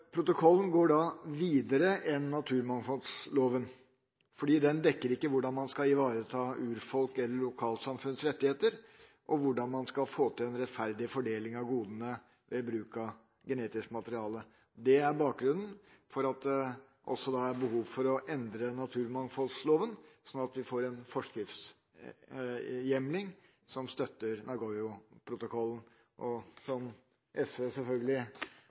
enn naturmangfoldloven. Naturmangfoldloven dekker ikke hvordan man skal ivareta urfolks eller lokalsamfunns rettigheter, eller hvordan man skal få til en rettferdig fordeling av godene ved bruk av genetisk materiale. Det er bakgrunnen for at det også er behov for å endre naturmangfoldloven, slik at vi får en forskriftshjemling som støtter Nagoya-protokollen, og som SV selvfølgelig